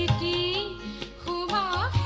ah da da